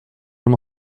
m’en